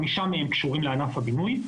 5 מהם קשורים לענף הבינוי,